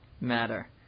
matter